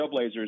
Trailblazers